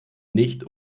nicht